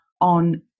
on